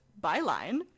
byline